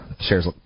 shares